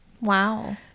Wow